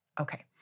Okay